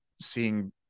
seeing